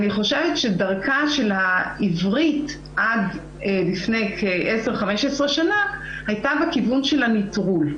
שדרכה של העברית עד לפני כ-10 15 שנה הייתה בכיוון של הנטרול: